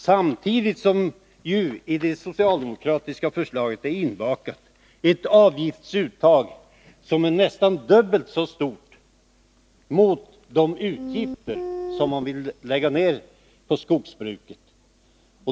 Samtidigt är i det socialdemokratiska förslaget ett avgiftsuttag inbakat som är nästan dubbelt så stort som de utgifter som man tycker skall läggas ner på skogsbruket.